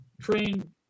train